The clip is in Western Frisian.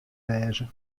wêze